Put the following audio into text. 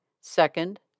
Second